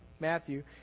Matthew